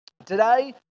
Today